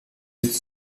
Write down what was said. with